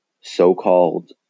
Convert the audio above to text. so-called